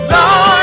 Lord